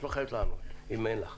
את לא חייבת לענות אם אין לך